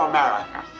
America